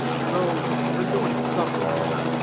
so we're doing something wrong.